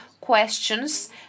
questions